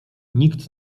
nikt